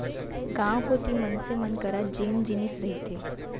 गाँव कोती मनसे मन करा जेन जिनिस रहिथे